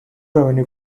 revenue